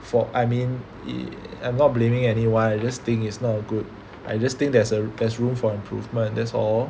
for I mean I'm not blaming anyone I just think it's not a good I just think there's a there's room for improvement that's all